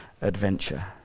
adventure